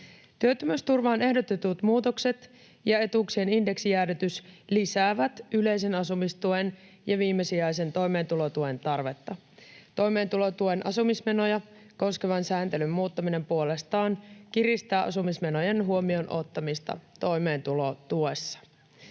Työttömyysturvaan ehdotetut muutokset ja etuuksien indeksijäädytys lisäävät yleisen asumistuen ja viimesijaisen toimeentulotuen tarvetta. Toimeentulotuen asumismenoja koskevan sääntelyn muuttaminen puolestaan kiristää asumismenojen huomioon ottamista toimeentulotuessa.